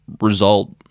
result